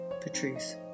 Patrice